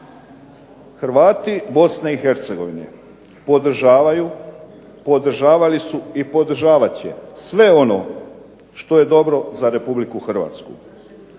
Hrvati Bosne i Hercegovine podržavaju, podržavali su i podržavat će sve ono što je dobro za Republiku Hrvatsku.